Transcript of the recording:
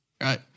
right